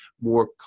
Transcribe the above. more